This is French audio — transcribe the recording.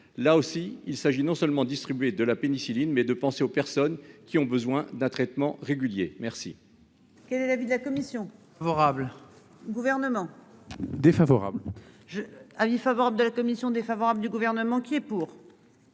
là aussi, il s'agit non seulement distribuer de la pénicilline mais de penser aux personnes qui ont besoin d'un traitement régulier, merci. Quel est l'avis de la commission favorable au gouvernement défavorable je avis favorable de la commission défavorable du gouvernement qui est pour.